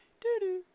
Do-do